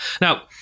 Now